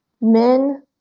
men